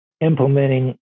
implementing